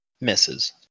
misses